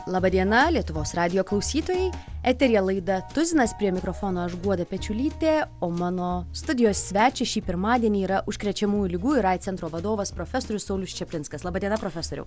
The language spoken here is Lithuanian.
laba diena lietuvos radijo klausytojai eteryje laida tuzinas prie mikrofono aš guoda pečiulytė o mano studijos svečias šį pirmadienį yra užkrečiamųjų ligų ir aids centro vadovas profesorius saulius čaplinskas laba diena profesoriau